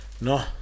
No